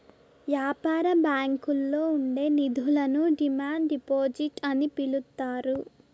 యాపార బ్యాంకుల్లో ఉండే నిధులను డిమాండ్ డిపాజిట్ అని పిలుత్తారు